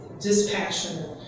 dispassionate